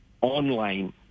online